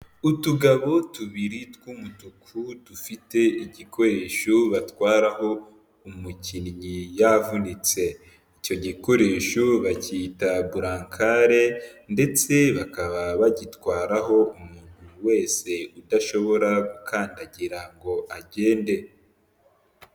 Utugabo tubiri tw'umutuku, dufite igikoresho batwaraho umukinnyi yavunitse, icyo gikoresho bacyita burankare ndetse bakaba bagitwaraho umuntu wese udashobora gukandagira ngo agende.